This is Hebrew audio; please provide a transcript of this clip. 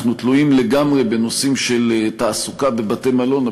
אנחנו תלויים לגמרי בנושאים של תעסוקה בבתי-מלון,